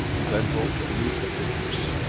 and then wrote beneath the figures,